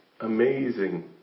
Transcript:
amazing